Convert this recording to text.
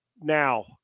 Now